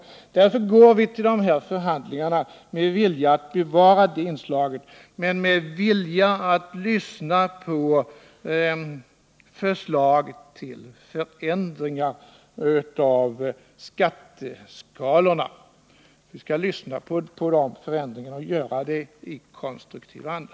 Därför går vi till de här förhandlingarna med vilja att bevara det inslaget, men också med en vilja att lyssna till förslag till förändringar av skatteskalorna. Vi skall lyssna till sådana förslag i konstruktiv anda.